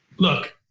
look,